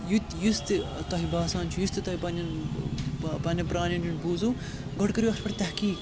یُہ تہِ یُس تہِ تۄہہِ باسان چھُ یُس تہِ تۄہہِ پنٛنٮ۪ن پنٛںٮ۪ن پرٛانٮ۪ن نِش بوٗزُو گۄڈٕ کٔرِو اَتھ پٮ۪ٹھ تحقیٖق